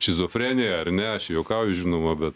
šizofreniją ar ne aš čia juokauju žinoma bet